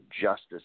justice